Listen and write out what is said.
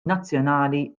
nazzjonali